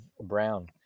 Brown